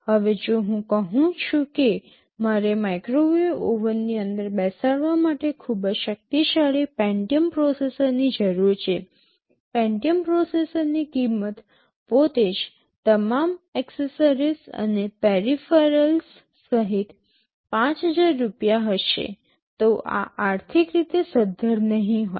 હવે જો હું કહું છું કે મારે માઇક્રોવેવ ઓવનની અંદર બેસાડવા માટે ખૂબ જ શક્તિશાળી પેન્ટિયમ પ્રોસેસરની જરૂર છે પેન્ટિયમ પ્રોસેસરની કિંમત પોતે જ તમામ એસેસરીઝ અને પેરિફેરલ્સ સહિત ૫૦૦૦ રૂપિયા હશે તો આ આર્થિક રીતે સધ્ધર નહીં હોય